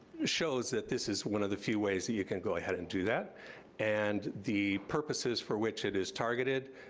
shows that this is one of the few ways that you can go ahead and do that and the purposes for which it is targeted,